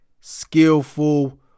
Skillful